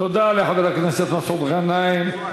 תודה לחבר הכנסת מסעוד גנאים.